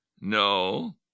No